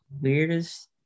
Weirdest